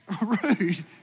rude